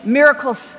miracles